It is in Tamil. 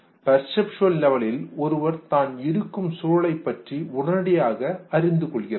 பேர்செப்ஷுவல் லெவலில் ஒருவர் தான் இருக்கும் சூழலைப் பற்றி உடனடியாக அறிந்து கொள்கிறார்